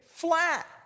flat